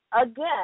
again